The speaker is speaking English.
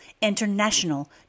international